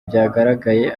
byagaragaye